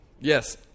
Yes